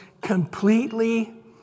completely